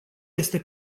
este